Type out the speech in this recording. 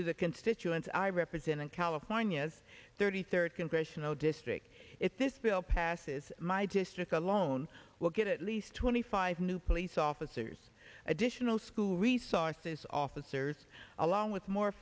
to the constituents i represent california's thirty third congressional district if this bill passes my district alone will get at least twenty five new police officers additional school resources officers along with more